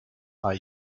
are